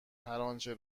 هرآنچه